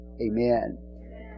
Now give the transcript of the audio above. Amen